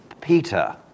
Peter